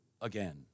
again